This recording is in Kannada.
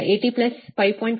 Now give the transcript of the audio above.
58 ಅಂದರೆ 85